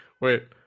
wait